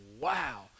wow